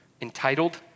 entitled